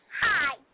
Hi